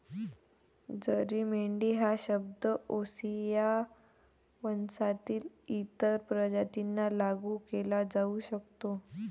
जरी मेंढी हा शब्द ओविसा वंशातील इतर प्रजातींना लागू केला जाऊ शकतो